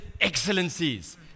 excellencies